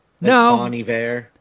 No